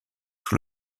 sous